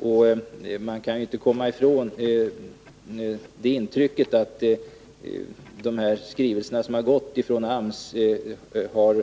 Jag kan inte komma ifrån intrycket att de skrivelser som har gått från AMS har